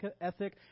ethic